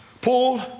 Paul